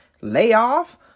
layoff